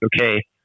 okay